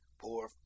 poor